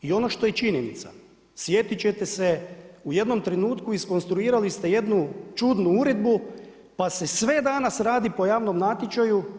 I ono što je činjenica, sjetiti ćete se u jednom trenutku iskonstruirali ste jednu čudnu uredbu pa se sve danas radi po javnom natječaju.